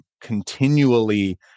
continually